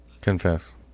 Confess